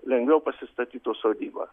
lengviau pasistatytų sodybą